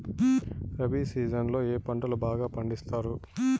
rabi season లో ఏ పంటలు బాగా పండిస్తారు